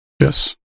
Yes